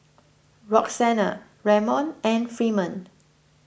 Roxana Ramon and Freeman